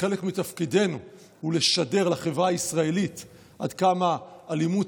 חלק מתפקידינו הוא לשדר לחברה הישראלית עד כמה אלימות